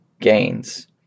Gains